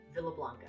Villablanca